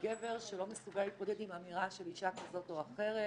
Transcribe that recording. שגבר שלא מסוגל להתמודד עם אמירה של אישה כזאת או אחרת